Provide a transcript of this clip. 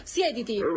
Siediti